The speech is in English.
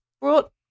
brought